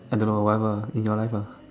I don't know whatever in your life lah